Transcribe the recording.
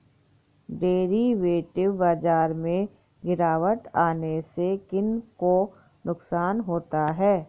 Derivative बाजार में गिरावट आने से किन को नुकसान होता है?